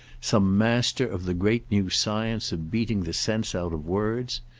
some master of the great new science of beating the sense out of words?